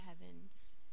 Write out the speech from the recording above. heavens